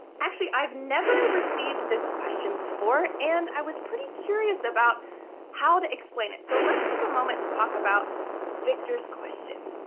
actually, i've never received this question before. and i was pretty curious about how to explain it. so let's take a moment to talk about viktor's question.